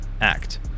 act